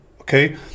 okay